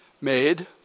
made